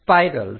spirals